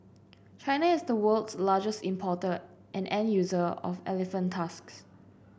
China is the world's largest importer and end user of elephant tusks